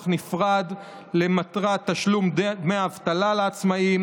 נפרד למטרת תשלום דמי אבטלה לעצמאים,